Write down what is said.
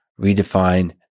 redefine